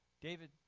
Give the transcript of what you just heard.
David